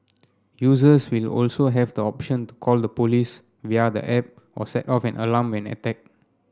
users will also have the option to call the police via the app or set off an alarm when attacked